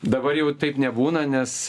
dabar jau taip nebūna nes